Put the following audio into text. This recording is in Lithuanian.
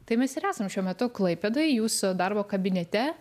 tai mes ir esam šiuo metu klaipėdoj jūsų darbo kabinete